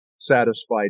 satisfied